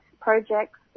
projects